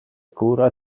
cura